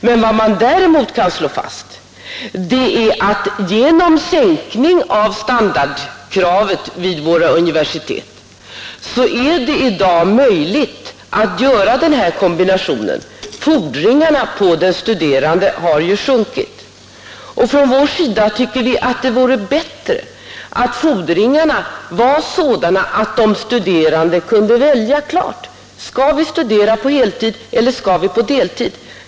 Men vad man däremot kan slå fast är att genom sänkning av standardkravet vid våra universitet är det i dag möjligt att göra denna kombination. Fordringarna på den studerande har ju sjunkit, och på vårt håll tycker vi att det vore bättre att fordringarna vore sådana att de studerande kunde välja klart: Skall vi studera på heltid eller på deltid?